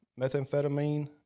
methamphetamine